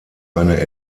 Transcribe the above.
eine